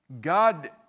God